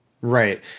right